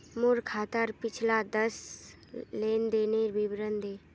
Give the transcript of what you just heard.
मोर खातार पिछला दस लेनदेनेर विवरण दे